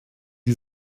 die